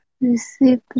receive